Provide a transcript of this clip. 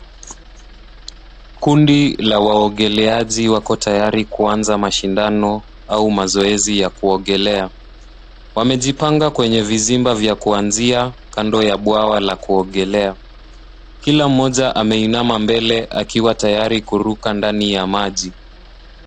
Kundi la waogeleaji wako tayari kuanza mashindano au mazoezi ya kuogelea. Wamejipanga kwenye vizimba vya kuanzia kando ya bwawa la kuogelea. Kila mmoja ameinama mbele akiwa tayari kuruka ndani ya maji.